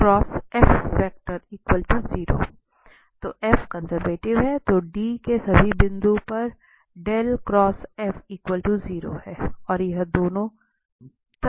conservative है तो D के सभी बिंदुओं पर हैं और यह दोनों तरह से है